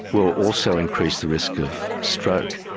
will also increase the risk of stroke.